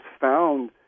found